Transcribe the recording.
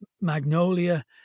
Magnolia